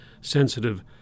sensitive